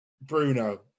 Bruno